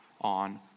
on